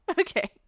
Okay